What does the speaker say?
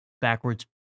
backwards